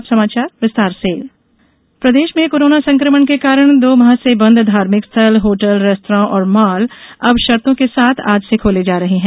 unlock प्रदेश में corona संकमण के कारण दो माह से बंद धार्मिक स्थल होटल रेस्तरां और मॉल कुछ शर्तों के साथ आज से खोले जा रहे हैं